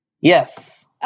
Yes